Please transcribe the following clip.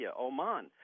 Oman